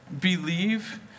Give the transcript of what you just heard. believe